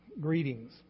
Greetings